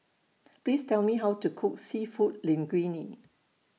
Please Tell Me How to Cook Seafood Linguine